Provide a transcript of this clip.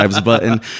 button